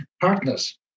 partners